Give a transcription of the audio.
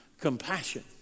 compassion